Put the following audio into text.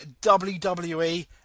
WWE